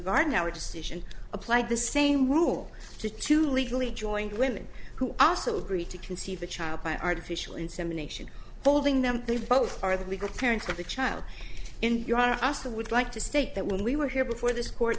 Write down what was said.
decision applied the same rule to two legally joined women who also agree to conceive a child by artificial insemination holding them they both are the legal parents of the child in you are asked to would like to state that when we were here before this court